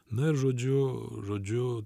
na ir žodžiu žodžiu